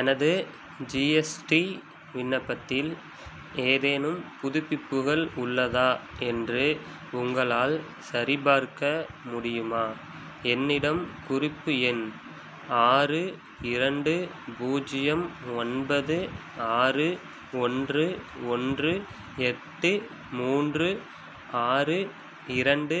எனது ஜிஎஸ்டி விண்ணப்பத்தில் ஏதேனும் புதுப்பிப்புகள் உள்ளதா என்று உங்களால் சரிபார்க்க முடியுமா என்னிடம் குறிப்பு எண் ஆறு இரண்டு பூஜ்ஜியம் ஒன்பது ஆறு ஒன்று ஒன்று எட்டு மூன்று ஆறு இரண்டு